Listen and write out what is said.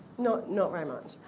not not very much.